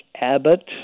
Abbott